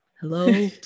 hello